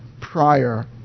prior